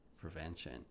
prevention